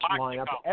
lineup